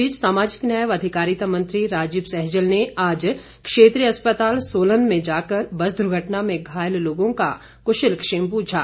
इस बीच सामाजिक न्याय व अधिकारिता मंत्री राजीव सहजल ने आज क्षेत्रीय अस्पताल सोलन में जाकर बस दुर्घटना में घायल लोगों का कुशलक्षेम पूछा